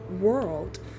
world